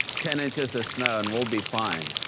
ten inches of snow and we'll be fine.